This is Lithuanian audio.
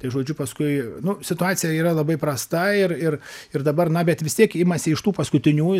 tai žodžiu paskui nu situacija yra labai prasta ir ir ir dabar na bet vis tiek imasi iš tų paskutiniųjų